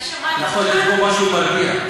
נכון, יש בו משהו מרגיע.